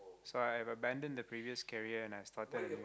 so I've abandon the previous career and I started